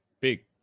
big